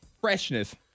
freshness